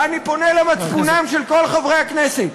ואני פונה למצפונם של כל חברי הכנסת: